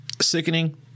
sickening